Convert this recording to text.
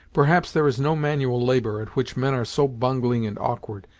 perhaps there is no manual labor at which men are so bungling and awkward,